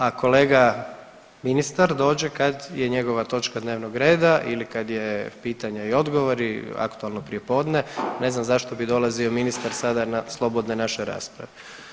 A kolega ministar dođe kad je njegova točka dnevnog reda ili kad je pitanje i odgovori aktualno prijepodne, ne znam zašto bi dolazio ministar sada na slobodne naše rasprave.